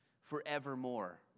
forevermore